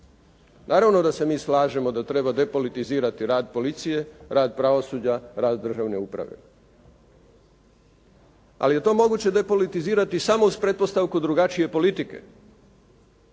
naravno da se mi slažemo da treba depolitizirati rad policije, rad pravosuđa, rad državne uprave. Ali je to moguće depolitizirati samo uz pretpostavku drugačije politike,